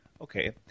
Okay